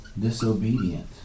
disobedient